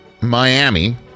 Miami